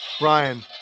Ryan